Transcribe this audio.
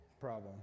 problem